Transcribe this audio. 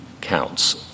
counts